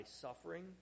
suffering